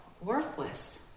worthless